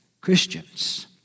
Christians